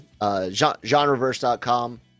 genreverse.com